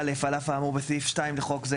הוראות מעבר 80. על אף האמור בסעיף 2 לחוק זה,